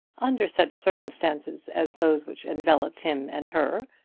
under such circumstances as those which enveloped him and her,